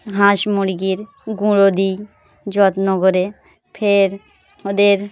হাঁস মুরগির গুঁড়ো দিই যত্ন করে ফের ওদের